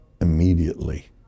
immediately